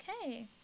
Okay